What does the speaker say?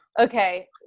Okay